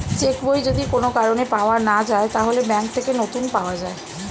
check বই যদি কোন কারণে পাওয়া না যায়, তাহলে ব্যাংক থেকে নতুন পাওয়া যায়